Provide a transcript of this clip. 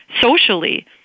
socially